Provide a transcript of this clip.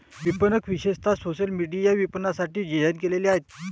विपणक विशेषतः social media विपणनासाठी डिझाइन केलेले आहेत